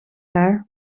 haar